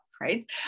right